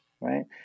right